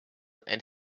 and